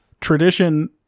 tradition